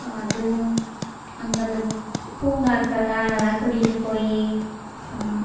அதுவும் அங்கே அந்த பூங்காக்கள்லாம் நல்லா கூட்டிகிட்டு போய்